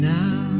now